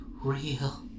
Real